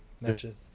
matches